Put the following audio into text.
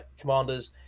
commanders